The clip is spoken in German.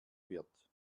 wird